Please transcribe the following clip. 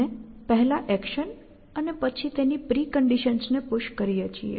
આપણે પહેલા એક્શન અને પછી તેની પ્રિકન્ડિશન્સ ને પુશ કરીએ છીએ